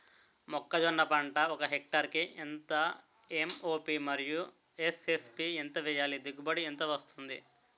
మొక్కజొన్న పంట ఒక హెక్టార్ కి ఎంత ఎం.ఓ.పి మరియు ఎస్.ఎస్.పి ఎంత వేయాలి? దిగుబడి ఎంత వస్తుంది?